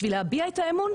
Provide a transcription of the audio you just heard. בשביל להביע אי האמון,